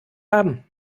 haben